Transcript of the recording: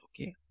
okay